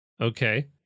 Okay